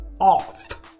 off